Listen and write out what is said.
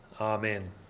Amen